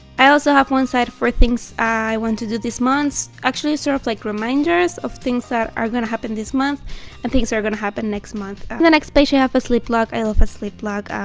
i also have one side for things i want to do this month actually sort of like reminders of things that are gonna happen this month and things are gonna happen next month and the next page i ah have a sleep log i love a sleep log.